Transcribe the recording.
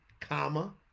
comma